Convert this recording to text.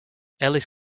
ellis